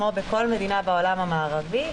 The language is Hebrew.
כמו בכל מדינה בעולם המערבי,